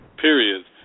period